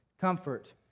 comfort